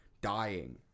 dying